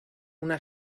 una